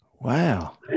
Wow